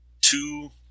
two